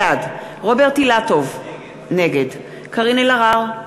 בעד רוברט אילטוב, נגד קארין אלהרר,